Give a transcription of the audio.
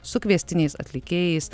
su kviestiniais atlikėjais